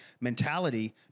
mentality